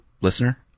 listener